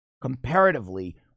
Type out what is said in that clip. Comparatively